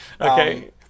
Okay